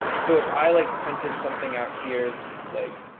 so if i like printed something out here like